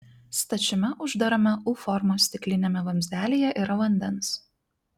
stačiame uždarame u formos stikliniame vamzdelyje yra vandens